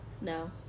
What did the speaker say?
No